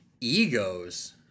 Ego's